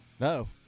No